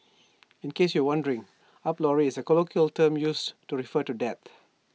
in case you were wondering up lorry is A colloquial term used to refer to death